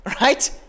right